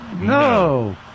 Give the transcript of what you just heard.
No